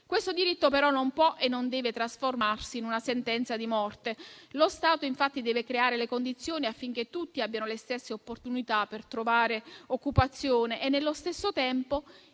Questo diritto però non può e non deve trasformarsi in una sentenza di morte. Lo Stato infatti deve creare le condizioni affinché tutti abbiano le stesse opportunità per trovare occupazione e, nello stesso tempo,